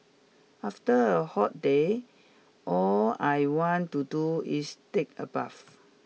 after a hot day all I want to do is take a bath